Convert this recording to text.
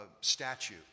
statue